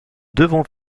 devons